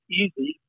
easy